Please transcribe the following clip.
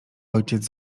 ojciec